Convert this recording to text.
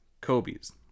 Kobe's